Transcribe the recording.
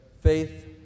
faith